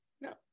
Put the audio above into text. No